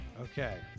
Okay